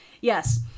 Yes